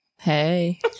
Hey